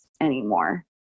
anymore